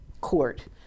court